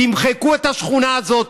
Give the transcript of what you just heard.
תמחקו את השכונה הזאת,